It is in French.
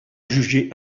jugés